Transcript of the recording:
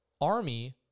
Army